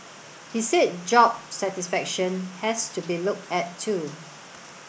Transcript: he said job satisfaction has to be looked at too